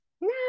No